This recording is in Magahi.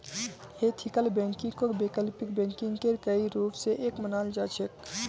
एथिकल बैंकिंगक वैकल्पिक बैंकिंगेर कई रूप स एक मानाल जा छेक